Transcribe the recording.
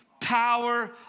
power